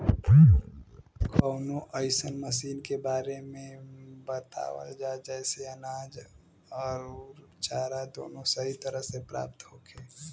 कवनो अइसन मशीन के बारे में बतावल जा जेसे अनाज अउर चारा दोनों सही तरह से प्राप्त होखे?